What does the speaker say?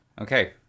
okay